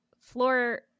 floor